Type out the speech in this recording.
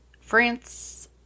france